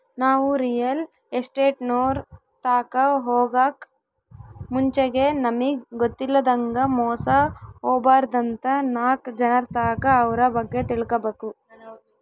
ನಾವು ರಿಯಲ್ ಎಸ್ಟೇಟ್ನೋರ್ ತಾಕ ಹೊಗಾಕ್ ಮುಂಚೆಗೆ ನಮಿಗ್ ಗೊತ್ತಿಲ್ಲದಂಗ ಮೋಸ ಹೊಬಾರ್ದಂತ ನಾಕ್ ಜನರ್ತಾಕ ಅವ್ರ ಬಗ್ಗೆ ತಿಳ್ಕಬಕು